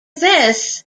this